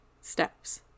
steps